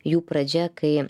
jų pradžia kai